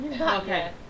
Okay